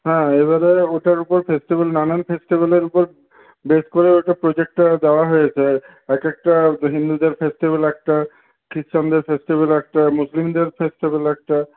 হ্যাঁ এবারে ওটার উপর ফেস্টিভ্যাল নানান ফেস্টিভ্যালের উপর বেস করে ওটা প্রজেক্টটা দেওয়া হয়েছে এক একটা হিন্দুদের ফেস্টিভ্যাল একটা ক্রিশ্চানদের ফেস্টিভ্যালও একটা মুসলিমদের ফেস্টিভ্যাল একটা